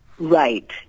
Right